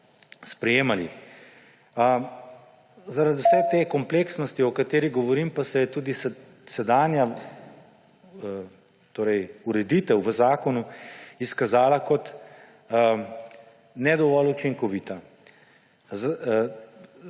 sprejemali. Zaradi vse te kompleksnosti, o kateri govorim, pa se je tudi sedanja ureditev v zakonu izkazala kot ne dovolj učinkovita.